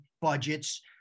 budgets